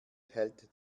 hält